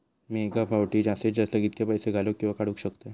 मी एका फाउटी जास्तीत जास्त कितके पैसे घालूक किवा काडूक शकतय?